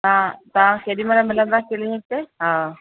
हा तव्हां केॾी महिल मिलंदा क्लिनिक ते हा